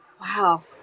Wow